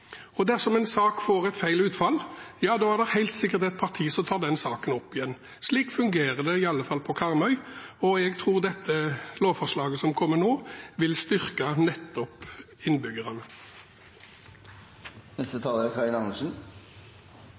en sak får et feil utfall, er det helt sikkert et parti som tar saken opp igjen. Slik fungerer det i alle fall på Karmøy, og jeg tror dette lovforslaget vil styrke nettopp